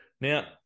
Now